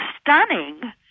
stunning